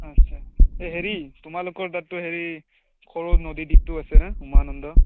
আচ্ছা এই হেৰি তোমালোকৰ তাতটো হেৰি সৰু নদীদ্বীপটো আছে না উমানন্দ